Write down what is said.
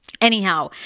Anyhow